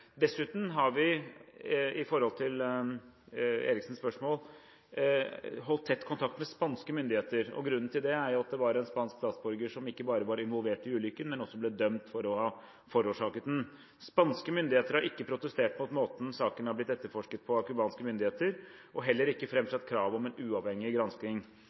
Dessuten har vi når det gjelder Eriksens spørsmål, holdt tett kontakt med spanske myndigheter. Grunnen til det er at det var en spansk statsborger som ikke bare var involvert i ulykken, men som også ble dømt for å ha forårsaket den. Spanske myndigheter har ikke protestert mot måten saken har blitt etterforsket på av kubanske myndigheter, og har heller ikke framsatt krav om en uavhengig gransking.